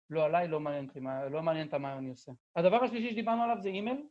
‫לא, עליי לא מעניינת מה אני עושה. ‫הדבר השלישי שדיברנו עליו זה אימייל?